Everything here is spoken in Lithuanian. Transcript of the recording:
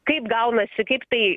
kaip gaunasi kaip tai